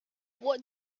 what